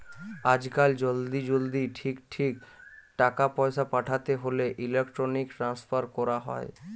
আজকাল জলদি জলদি ঠিক ঠিক টাকা পয়সা পাঠাতে হোলে ইলেক্ট্রনিক ট্রান্সফার কোরা হয়